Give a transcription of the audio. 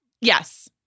Yes